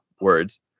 Words